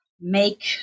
make